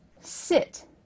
sit